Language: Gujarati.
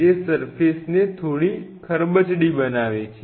જે સર્ફેસ ને થોડી ખરબચડી બનાવે છે